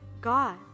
God